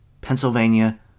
Pennsylvania